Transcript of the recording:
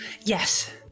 yes